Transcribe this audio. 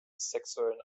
sexuellen